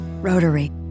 Rotary